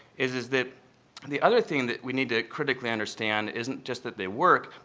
is is that and the other thing that we need to critically understand isn't just that they work,